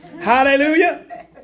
Hallelujah